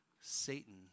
Satan